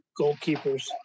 goalkeepers